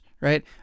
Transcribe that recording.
Right